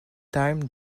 time